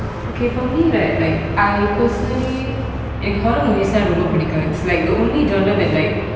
okay for me right like I personally எனக்கு:enaku horror movies னா ரொம்ப புடிக்கும்:na romba pudikum like the only genre that like